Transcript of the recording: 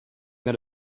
that